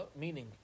meaning